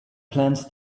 plans